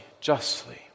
justly